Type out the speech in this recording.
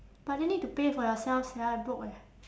but then need to pay for yourself sia I broke eh